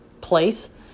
place